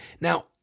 Now